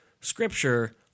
scripture